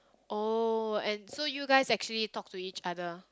oh and so you guys actually talk to each other